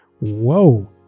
whoa